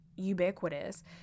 ubiquitous